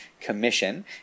Commission